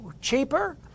cheaper